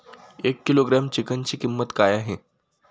एक किलोग्रॅम चिकनची किंमत काय आहे?